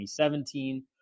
2017